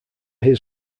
his